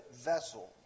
vessel